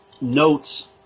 notes